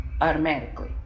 Automatically